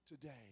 today